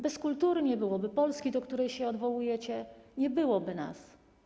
Bez kultury nie byłoby Polski, do której się odwołujecie, nie byłoby nas.